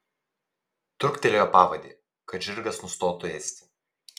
truktelėjo pavadį kad žirgas nustotų ėsti